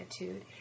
attitude